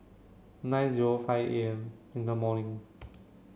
nine zero five A M in the morning